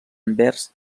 anvers